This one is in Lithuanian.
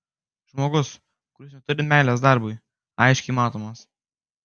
žmogus kuris neturi meilės darbui aiškiai matomas